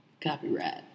Copyright